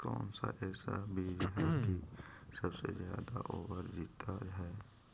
कौन सा ऐसा बीज है की सबसे ज्यादा ओवर जीता है?